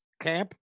camp